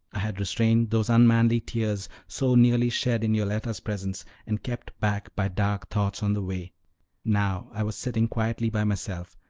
i had restrained those unmanly tears, so nearly shed in yoletta's presence, and kept back by dark thoughts on the way now i was sitting quietly by myself,